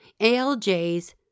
ALJs